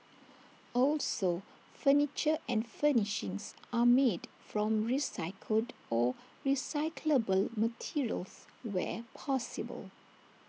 also furniture and furnishings are made from recycled or recyclable materials where possible